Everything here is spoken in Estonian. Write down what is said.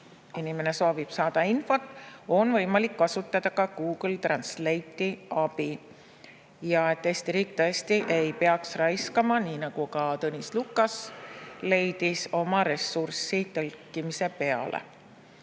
inimene soovib infot, on võimalik kasutada ka Google Translate'i abi ja Eesti riik tõesti ei peaks raiskama, nii nagu ka Tõnis Lukas leidis, oma ressurssi tõlkimise peale.